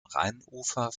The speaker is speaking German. rheinufer